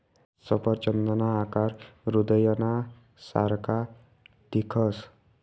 सफरचंदना आकार हृदयना सारखा दिखस